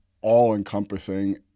all-encompassing